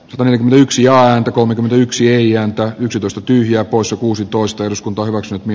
kone yksi ääntä kolmekymmentäyksi ei ääntä yksitoista tyhjää poissa kuusitoista eduskunta hyväksyy j